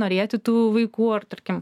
norėti tų vaikų ar tarkim